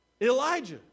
Elijah